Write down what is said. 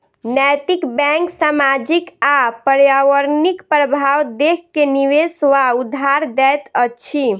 नैतिक बैंक सामाजिक आ पर्यावरणिक प्रभाव देख के निवेश वा उधार दैत अछि